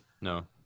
No